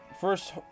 first